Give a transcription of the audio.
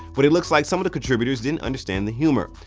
but it looks like some of the contributors didn't understand the humor.